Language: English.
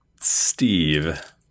Steve